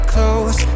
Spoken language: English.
Close